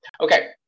okay